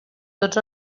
tots